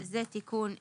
זה תיקון אחד.